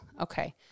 okay